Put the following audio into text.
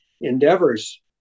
endeavors